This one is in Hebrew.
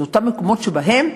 זה אותם מקומות שבהם,